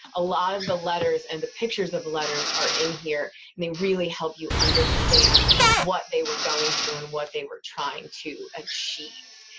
a lot of the letters and the pictures of letters are in here and they really help you understand what they were going through and what they were trying to achieve.